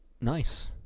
Nice